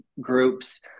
groups